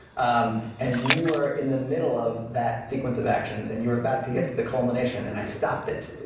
um and you were in the middle of that sequence of actions, and you were about to get to the culmination and i stopped it.